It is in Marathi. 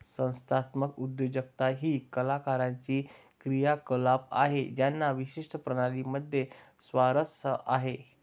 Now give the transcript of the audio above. संस्थात्मक उद्योजकता ही कलाकारांची क्रियाकलाप आहे ज्यांना विशिष्ट प्रणाली मध्ये स्वारस्य आहे